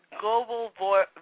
Global